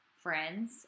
friends